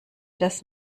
das